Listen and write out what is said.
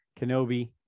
Kenobi